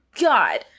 god